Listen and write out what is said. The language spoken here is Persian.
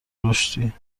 رشدی